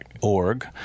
org